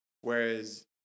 Whereas